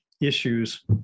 issues